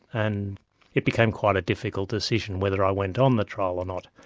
and it became quite a difficult decision, whether i went on the trial or not.